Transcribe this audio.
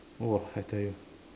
!wah! I tell you